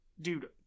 Dude